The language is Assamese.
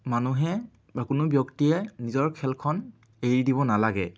মানুহে বা কোনো ব্যক্তিয়ে নিজৰ খেলখন এৰি দিব নালাগে